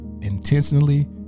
intentionally